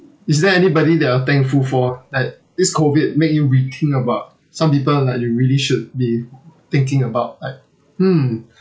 is there anybody that you're thankful for like this COVID make you rethink about some people like you really should be thinking about like hmm